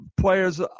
players